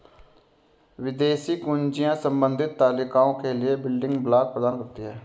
विदेशी कुंजियाँ संबंधित तालिकाओं के लिए बिल्डिंग ब्लॉक प्रदान करती हैं